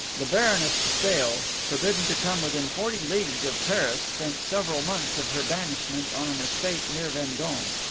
the baroness de stael, forbidden to come within forty leagues of paris, spent several months of her banishment on an estate near vendome.